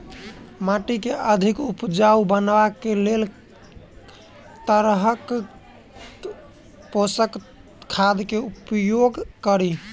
माटि केँ अधिक उपजाउ बनाबय केँ लेल केँ तरहक पोसक खाद केँ उपयोग करि?